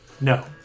No